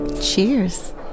Cheers